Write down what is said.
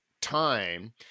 time